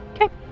Okay